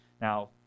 Now